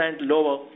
lower